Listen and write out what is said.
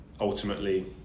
ultimately